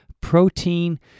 protein